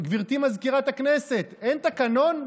גברתי מזכירת הכנסת, אין תקנון?